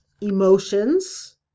emotions